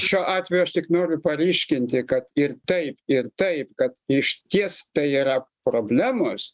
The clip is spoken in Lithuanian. šiuo atveju aš tik noriu paryškinti kad ir taip ir taip kad išties tai yra problemos